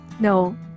No